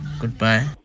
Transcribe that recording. Goodbye